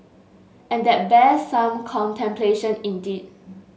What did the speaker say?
and that bears some contemplation indeed